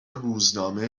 روزنامه